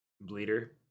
Bleeder